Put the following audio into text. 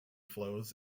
flows